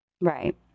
Right